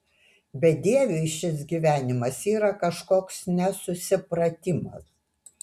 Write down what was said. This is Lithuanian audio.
bedieviui šis gyvenimas yra kažkoks nesusipratimas